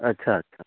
अच्छा अच्छा